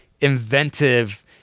inventive